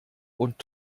und